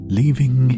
leaving